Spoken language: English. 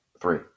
three